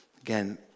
Again